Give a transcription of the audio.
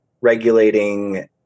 regulating